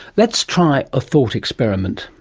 let's try a thought experiment.